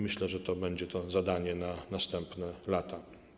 Myślę, że to będzie zadanie na następne lata.